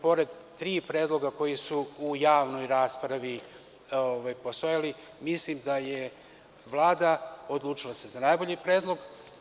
Pored tri predloga koja su u javnoj raspravi postojala, mislim da se Vlada odlučila za najbolji predlog.